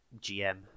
gm